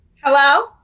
Hello